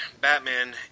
Batman